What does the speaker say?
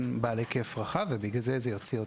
יהיה בעל היקף פעילות רחב ולכן זה יוציא אותה.